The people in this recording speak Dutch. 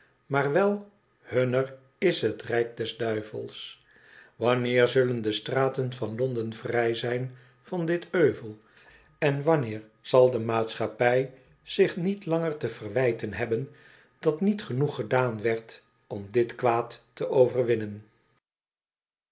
maar wel hunner is het rijk des duivels wanneer zullen de straten van londen vrij zijn van dit euvel en wanneer zal de maatschappij zich niet langer te verwijten hebben dat niet genoeg gedaan werd om dit kwaad te overwinnen